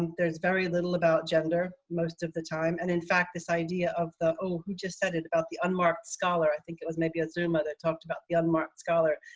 there's very little about gender. most of the time, and in fact, this idea of the oh, who just said it. about the unmarked scholar, i think it was maybe a azumah talked about the unmarked scholar,